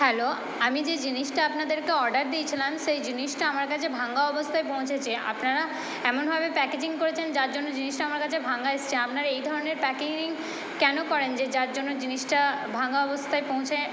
hello আমি যে জিনিসটা আপনাদেরকে অর্ডার দিয়েছিলাম সেই জিনিসটা আমার কাছে ভাঙা অবস্থায় পৌঁছেছে আপনারা এমনভাবে প্যাকেজিং করেছেন যার জন্য জিনিসটা আমার কাছে ভাঙা এসছে আপনারা এই ধরনের কেন করেন যে যার জন্য জিনিসটা ভাঙা অবস্থায় পৌঁছায়